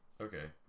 Okay